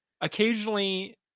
occasionally